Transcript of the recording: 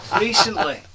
recently